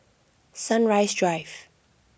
Sunrise Drive